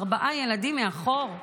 ארבעה ילדים מאחור,